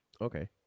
Okay